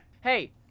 Hey